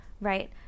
right